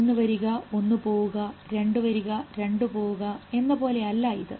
ഒന്നു വരിക ഒന്ന് പോവുക രണ്ടു വരിക രണ്ട് പോവുക എന്ന പോലെ അല്ല ഇത്